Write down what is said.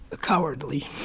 cowardly